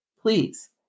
please